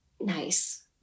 Nice